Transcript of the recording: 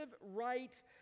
right